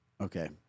Okay